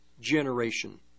generation